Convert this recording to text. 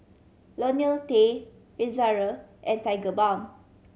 Lonil T Ezerra and Tigerbalm